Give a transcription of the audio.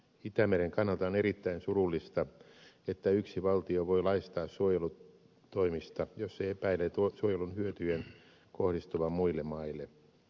itämeren kannalta on erittäin surullista että yksi valtio voi laistaa suojelutoimista jos se epäilee suojelun hyötyjen kohdistuvan muille maille